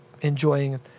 enjoying